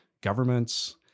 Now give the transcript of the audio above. governments